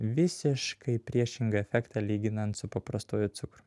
visiškai priešingą efektą lyginant su paprastuoju cukru